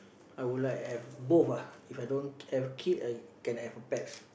I would like have both ah If I don't have kid I can have a pet